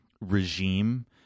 regime